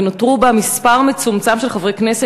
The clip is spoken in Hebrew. ונותרו בה מספר מצומצם של חברי כנסת